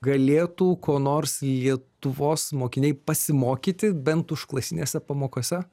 galėtų ko nors lietuvos mokiniai pasimokyti bent užklasinėse pamokose